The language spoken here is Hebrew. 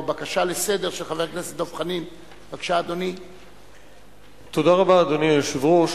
רבה, אדוני היושב-ראש.